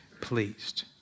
pleased